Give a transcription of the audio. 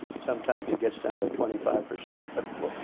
sometimes it gets down to twenty five percent but